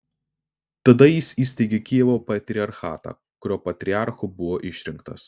tada jis įsteigė kijevo patriarchatą kurio patriarchu buvo išrinktas